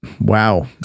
Wow